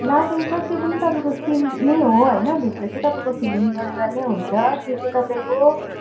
laughing sir त्यो पनि तपाईँको स्टिम्ड नै हो होइन भित्र चाहिँ तपाईँको फिलिङ्ग गरेर नै हुन्छ त्यो चाहिँ तपाईँको